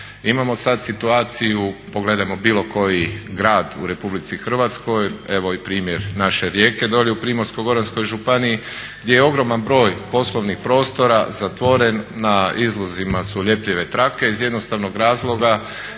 Imamo sad situaciju, pogledajmo bilo koji grad u RH, evo primjer naše Rijeke dolje u Primorsko-goranskoj županiji, gdje je ogroman broj poslovnih prostora zatvoren, na izlozima su ljepljive trake iz jednostavnog razloga